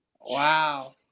Wow